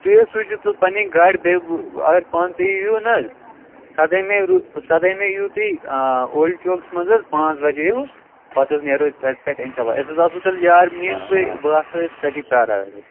تُہۍ حظ سوٗزِیٚو پَنٕنۍ گاڑِ بیٚیہِ اگر پانہٕ تہِ یِیو نہ حظ سدٲہمہِ رو سدٲہمہِ یِیو تُہۍ اولڈ چوکَس منٛز حظ پانٛژھ بَجے ہیٚو پَتہٕ حظ نیرَو أسۍ تَتہِ پٮ۪ٹھ اِنشاء اللہ أسۍ حظ آسَو تیٚلہِ یار میٲنۍ بیٚیہِ بہٕ آسَو أسۍ تٔتی پراران حظ